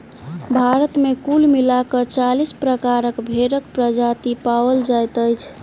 भारत मे कुल मिला क चालीस प्रकारक भेंड़क प्रजाति पाओल जाइत अछि